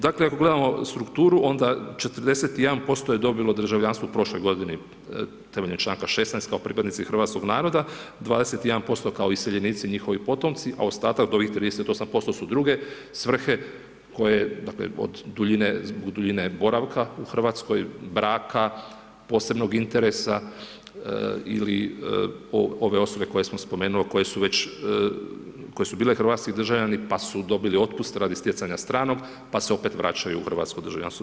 Dakle ako gledamo strukturu onda 41% je dobilo državljanstvo u prošloj godini temeljem članka 16 kao pripadnici hrvatskog naroda, 21% kao iseljenici, njihovi potomci a ostatak od ovih 38% su druge svrhe koje dakle od duljine boravka u Hrvatskoj, braka, posebnog interesa ili ove osobe koje smo spomenuli, koje su već, koje su bile hrvatski državljani pa su dobili otpust radi stjecanja stranog pa se opet vraćaju u hrvatsko državljanstvo.